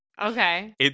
Okay